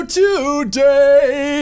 today